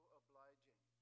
obliging